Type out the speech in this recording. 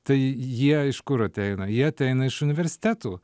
tai jie iš kur ateina jie ateina iš universitetų